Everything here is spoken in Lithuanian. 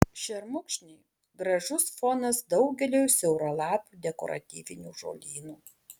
šermukšniai gražus fonas daugeliui siauralapių dekoratyvinių žolynų